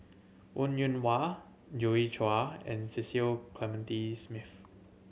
Wong Yoon Wah Joi Chua and Cecil Clementi Smith